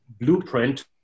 blueprint